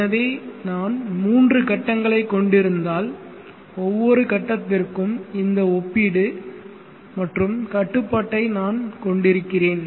எனவே நான் மூன்று கட்டங்களைக் கொண்டிருந்தால் ஒவ்வொரு கட்டத்திற்கும் இந்த ஒப்பீடு மற்றும் கட்டுப்பாட்டை நான் கொண்டிருக்கிறேன்